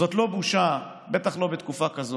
זאת לא בושה, בטח לא בתקופה כזאת,